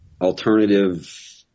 alternative